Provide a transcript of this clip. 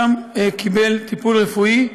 ושם קיבל טיפול רפואי.